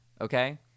okay